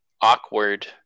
awkward